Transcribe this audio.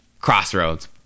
crossroads